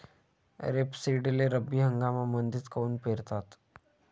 रेपसीडले रब्बी हंगामामंदीच काऊन पेरतात?